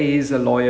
okay